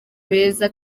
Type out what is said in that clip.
beza